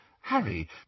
Harry